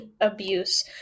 abuse